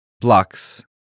blocks